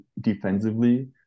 defensively